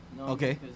Okay